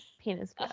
Penis